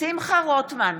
שמחה רוטמן,